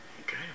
Okay